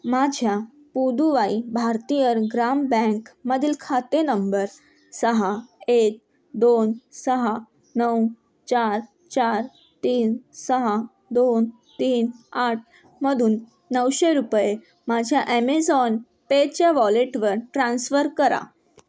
माझ्या पुदुवाई भारतीयर ग्राम बँकमधील खाते नंबर सहा एक दोन सहा नऊ चार चार तीन सहा दोन तीन आठमधून नऊशे रुपये माझ्या ॲमेझॉन पेच्या वॉलेटवर ट्रान्स्फर करा